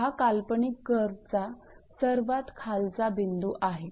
हा काल्पनिक कर्वचा सर्वात खालचा बिंदू आहे